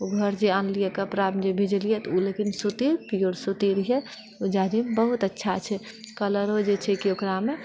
घरजे आनलियै कपड़ामे जे भिजेलियै तऽ ओ लेकिन सूती प्योर सूती रहय ओ जाजिम बहुत अच्छा छै कलरो जे छै कि ओकरामे